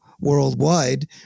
worldwide